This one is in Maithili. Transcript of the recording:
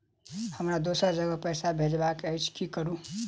हमरा दोसर जगह पैसा भेजबाक अछि की करू?